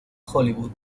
hollywood